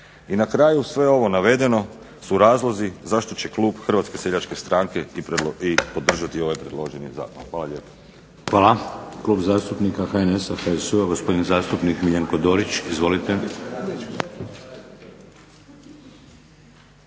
I na kraju sve ovo navedeno su razlozi zašto će klub Hrvatske seljačke stranke i podržati ovaj predloženi zakon. Ž Hvala lijepo. **Šeks, Vladimir (HDZ)** Hvala. Klub zastupnika HNS-a, HSU-a gospodin zastupnik Miljenko Dorić. Izvolite.